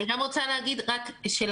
אני רק רוצה להגיד שלחוקרים,